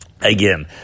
again